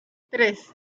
tres